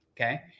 Okay